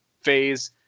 phase